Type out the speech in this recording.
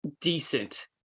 decent